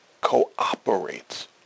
cooperates